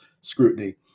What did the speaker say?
scrutiny